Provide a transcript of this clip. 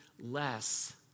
less